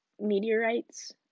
meteorites